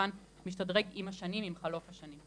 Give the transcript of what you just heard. שכמובן תשתדרג עם חלוף השנים.